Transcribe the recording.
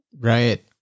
Right